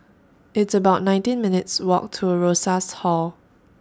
It's about nineteen minutes' Walk to Rosas Hall